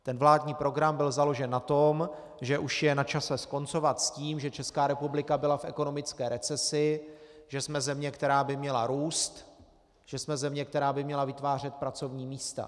Ten vládní program byl založen na tom, že už je načase skoncovat s tím, že Česká republika byla v ekonomické recesi, že jsme země, která by měla růst, že jsme země, která by měla vytvářet pracovní místa.